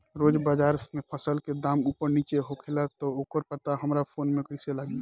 रोज़ बाज़ार मे फसल के दाम ऊपर नीचे होखेला त ओकर पता हमरा फोन मे कैसे लागी?